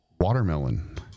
Watermelon